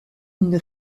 une